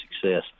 success